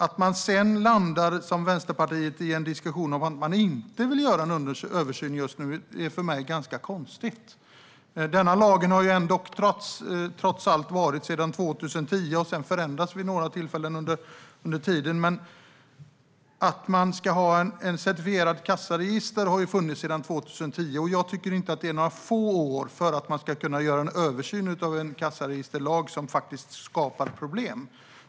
Att man sedan, som Vänsterpartiet gör, landar i en diskussion om att man inte vill göra en översyn just nu är dock ganska konstigt. Lagen har trots allt funnits sedan 2010. Den har förändrats vid några tillfällen, men kravet att man ska ha ett certifierat kassaregister har funnits sedan 2010. Jag tycker inte att det är för få år för att man ska kunna göra en översyn av en kassaregisterlag som faktiskt skapar problem.